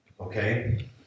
Okay